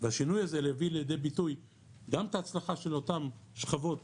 והשינוי הזה יביא לידי ביטוי גם את ההצלחה של אותן שכבות